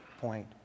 point